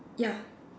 ya